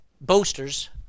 Boasters